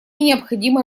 необходимо